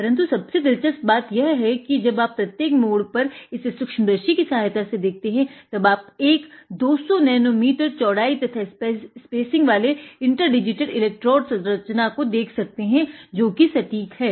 परन्तु सबसे दिलचस्प बात यह है कि जब आप प्रत्येक मोड़ पर इसे सूक्ष्म दर्शी की सहायता से देखते हैं तब आप एक 200 नेनो मीटर चौढाई तथा स्पेसिंग वाली इंटर डिजीटेड एलेक्ट्रोड़ संरचना को देख सकते हैं जो कि सटीक है